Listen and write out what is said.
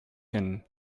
can